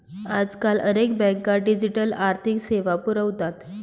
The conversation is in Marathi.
आजकाल अनेक बँका डिजिटल आर्थिक सेवा पुरवतात